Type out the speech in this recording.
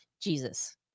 jesus